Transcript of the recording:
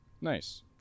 Nice